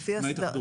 מההתאחדות.